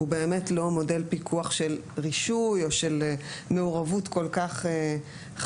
הוא לא מודל פיקוח של רישוי או של מעורבות כל כך חזקה,